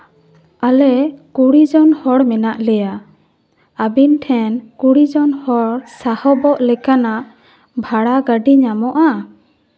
ᱟᱞᱮ ᱠᱩᱲᱤ ᱡᱚᱱ ᱦᱚᱲ ᱢᱮᱱᱟᱜ ᱞᱮᱭᱟ ᱟᱹᱵᱤᱱ ᱴᱷᱮᱱ ᱠᱩᱲᱤ ᱡᱚᱱ ᱦᱚᱲ ᱥᱟᱦᱚᱵᱚᱜ ᱞᱮᱠᱟᱱᱟᱜ ᱵᱷᱟᱲᱟ ᱜᱟᱹᱰᱤ ᱧᱟᱢᱚᱜᱼᱟ